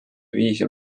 viisi